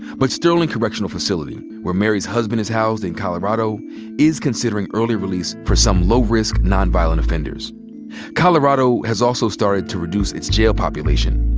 but sterling correctional facility where mary's husband is housed in colorado is considering early release for some low-risk, non-violent offenders colorado has also started to reduce its jail population.